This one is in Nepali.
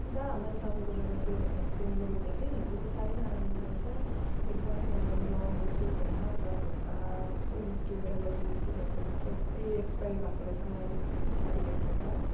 दादा मैले तपाईँकोबाट त्यो फेस क्रिम लगेको थिएँ नि त्यो त साह्रै नै नराम्रो रहेछ एकदम मलाई मेरो अनुहारमा सुट भएन पुरा फोका कस्तो निस्क्यो एलर्जी जस्तो टाइपको कस्तो पुरै एक्सपायर भएको रहेछ मलाई त्यसको पछाडि हेर्दा त